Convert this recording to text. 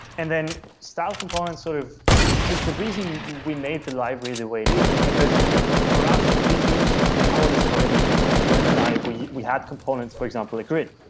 and then style components sort of the the reason we made the library the way it is is because for us, we use components for everything glen and i, we we had components, for example a grid.